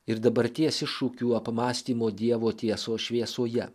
ir dabarties iššūkių apmąstymo dievo tiesos šviesoje